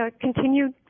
continued